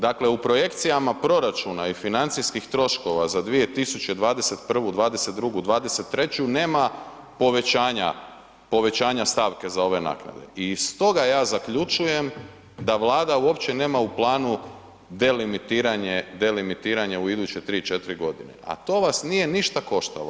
Dakle, u projekcijama proračuna i financijskih troškova za 2021., '22., '23. nema povećanja stavke za ove naknade i stoga ja zaključujem da Vlada uopće nema u planu delimitiranje, delimitiranje u iduće 3, 4 godine, a to vas nije ništa koštalo.